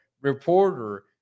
reporter